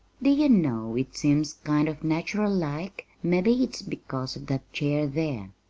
do you know, it seems kind of natural like mebbe it's because of that chair there.